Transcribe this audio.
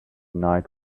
night